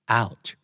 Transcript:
out